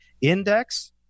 index